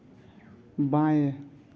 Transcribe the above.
बाएँ